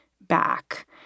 back